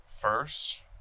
first